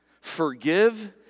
forgive